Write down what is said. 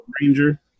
ranger